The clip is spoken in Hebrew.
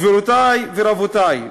גבירותי ורבותי,